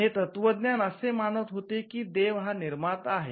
हे तत्वज्ञान असे मानत होते की देव हा निर्माता आहे